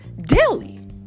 daily